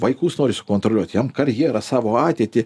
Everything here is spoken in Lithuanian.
vaikus nori sukontroliuot jam karjerą savo ateitį